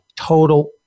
total